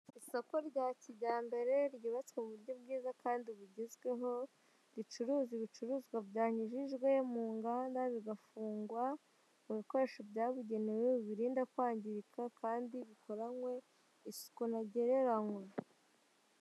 Isoko rya kijyambere ryubatswe muburyo bwiza kandi bugezweho ricuruza ibicuruzwa byanyujijwe mu nganda bigafungwa mu bikoresho byabugenewe birinda kwangirika kandi bikoranywe isuku ntagereranywa .